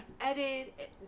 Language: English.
edit